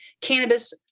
cannabis